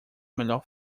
melhor